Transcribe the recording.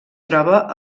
troba